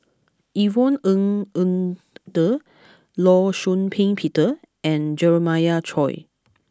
Yvonne Ng Uhde Law Shau Ping Peter and Jeremiah Choy